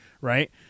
right